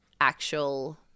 actual